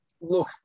look